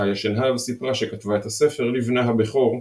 חיה שנהב סיפרה שכתבה את הספר לבנה הבכור,